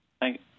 Thank